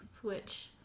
switch